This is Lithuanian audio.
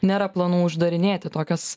nėra planų uždarinėti tokias